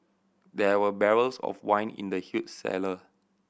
there were barrels of wine in the huge cellar